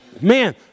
Man